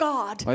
God